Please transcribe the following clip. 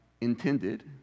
intended